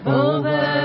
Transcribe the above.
over